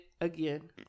Again